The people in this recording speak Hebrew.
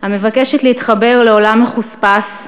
המבקשת להתחבר לעולם מחוספס,